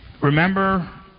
remember